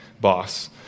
boss